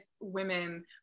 women